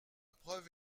preuves